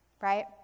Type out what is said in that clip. Right